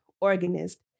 organist